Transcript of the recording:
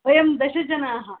वयं दशजनाः